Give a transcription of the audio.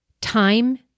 time